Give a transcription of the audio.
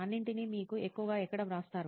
అన్నింటినీ మీరు ఎక్కువగా ఎక్కడ వ్రాస్తారు